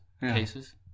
cases